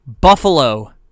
Buffalo